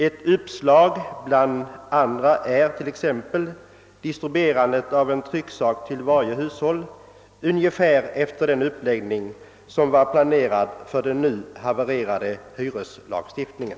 Ett uppslag bland andra är t.ex. distribuerandet av en trycksak till varje hushåll med ungefär den uppläggning som var planerad i anledning av den nu havererade hyreslagstiftningen.